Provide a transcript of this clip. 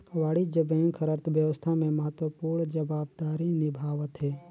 वाणिज्य बेंक हर अर्थबेवस्था में महत्वपूर्न जवाबदारी निभावथें